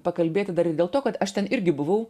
pakalbėti dar ir dėl to kad aš ten irgi buvau